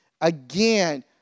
again